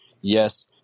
yes